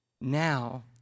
Now